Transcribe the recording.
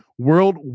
World